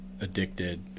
addicted